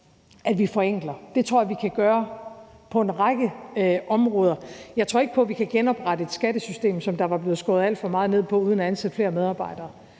at vi forenkler. Det tror jeg vi kan gøre på en række områder. Jeg tror ikke på, at vi kan genoprette et skattesystem, som der var blevet skåret alt for meget ned på, uden at ansætte flere medarbejdere.